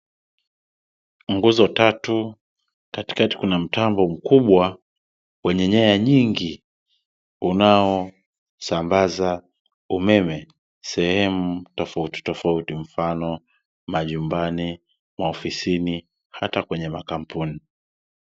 Nguzo tatu katikati kuna mtambo mkubwa wenye nyanya nyingi unaosambaza umeme sehemu tofauti tofauti mfano majumbani, maofisini na hata kwenye makampuni.